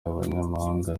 abanyamahanga